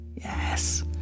yes